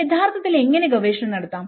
യഥാർത്ഥത്തിൽ എങ്ങനെ ഗവേഷണം നടത്താം